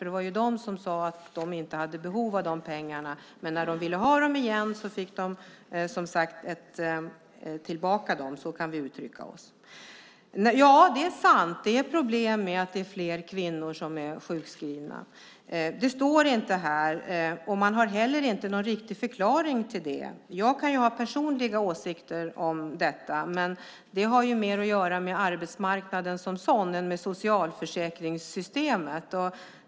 Det var Försäkringskassan som sade att de inte hade behov av pengarna, men när de ville ha dem igen fick de som sagt tillbaka dem - så kan vi uttrycka oss. Det är sant att det är problem med att det är fler kvinnor som är sjukskrivna. Det står inte här, och man har inte heller någon riktig förklaring till det. Jag kan ha personliga åsikter om detta, men det har mer att göra med arbetsmarknaden som sådan än med socialförsäkringssystemet.